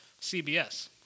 CBS